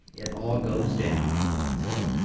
it all goes down so